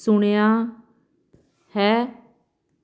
ਸੁਣਿਆ ਹੈ